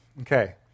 Okay